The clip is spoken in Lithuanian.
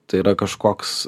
tai yra kažkoks